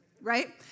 right